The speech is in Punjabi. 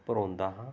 ਪ੍ਰੋਂਦਾ ਹਾਂ